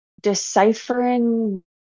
deciphering